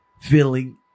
feeling